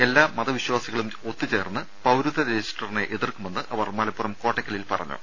എല്ലാ മതവിശ്വാസികളും ഒത്തുചേർന്ന് പൌരത്വ രജിസ്റ്ററിനെ എതിർക്കുമെന്ന് അവർ മലപ്പുറം കോട്ടക്കലിൽ പറഞ്ഞു